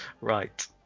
Right